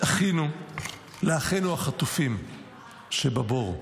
אחינו לאחינו החטופים שבבור.